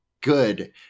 good